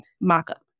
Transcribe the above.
mock-up